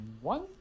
one